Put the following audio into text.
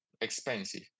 expensive